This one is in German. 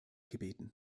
gebeten